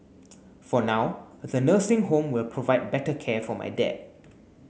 for now the nursing home will provide better care for my dad